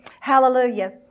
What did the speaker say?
Hallelujah